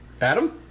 Adam